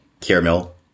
Caramel